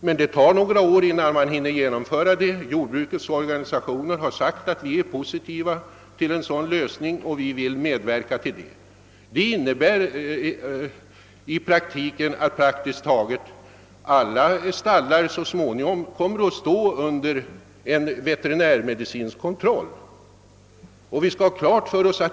Men det kommer att ta några år att genomföra det. Jordbrukets organisationer har förklarat sig positiva till den lösningen och vill medverka till den. Det innebär att praktiskt taget alla stallar så småningom kommer att stå under veterinärmedicinsk kontroll.